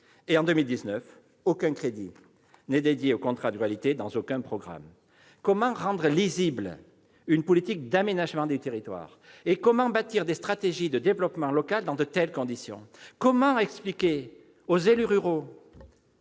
En 2019, aucun crédit n'est dédié aux contrats de ruralité, dans aucun programme ! Comment rendre lisible une politique d'aménagement du territoire et comment bâtir des stratégies de développement local dans de telles conditions ? Comment expliquer cette régression aux